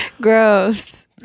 Gross